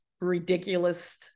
ridiculous